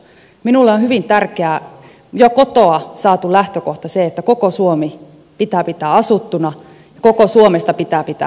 minulle on hyvin tärkeä jo kotoa saatu lähtökohta että koko suomi pitää pitää asuttuna ja koko suomesta pitää pitää huolta